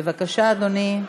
בבקשה, אדוני.